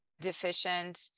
deficient